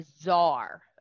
bizarre